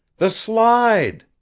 the slide